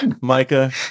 Micah